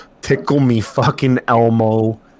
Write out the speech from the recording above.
tickle-me-fucking-elmo